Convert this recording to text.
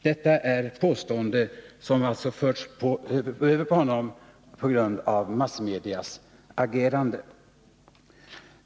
Detta är ett påstående som alltså förts över på handelsministern på grund av massmedias agerande.